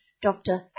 Dr